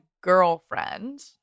girlfriend